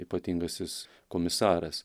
ypatingasis komisaras